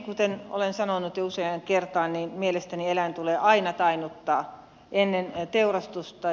kuten olen sanonut jo useaan kertaan niin mielestäni eläin tulee aina tainnuttaa ennen teurastusta